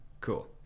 cool